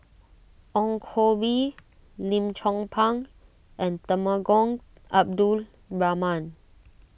Ong Koh Bee Lim Chong Pang and Temenggong Abdul Rahman